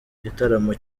gitaramo